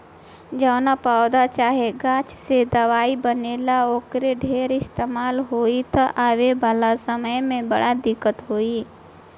जवना पौधा चाहे गाछ से दवाई बनेला, ओकर ढेर इस्तेमाल होई त आवे वाला समय में बड़ा दिक्कत होई